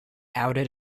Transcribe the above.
outed